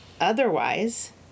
Otherwise